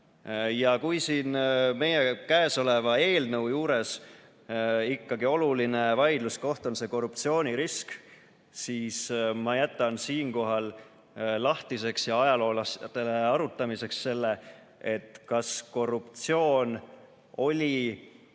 Ja kui siin meie käesoleva eelnõu juures ikkagi oluline vaidluskoht on korruptsioonirisk, siis ma jätan siinkohal lahtiseks ja ajaloolastele arutamiseks selle, kas korruptsioon oli